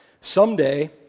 someday